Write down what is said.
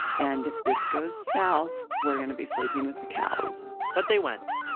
and if this goes south, we're going to be sleeping with the cows but they went.